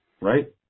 Right